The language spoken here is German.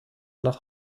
nach